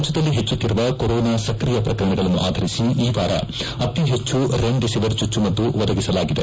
ರಾಜ್ಲದಲ್ಲಿ ಹೆಚ್ಚುತ್ತಿರುವ ಕೊರೊನಾ ಸ್ಕ್ರೀಯ ಪ್ರಕರಣಗಳನ್ನು ಆಧರಿಸಿ ಈ ವಾರ ಅತಿಹೆಚ್ಚು ರೆಮೆಡಿಸಿವಿರ್ ಚುಚ್ಲುಮದ್ದು ಒದಗಿಸಲಾಗಿದೆ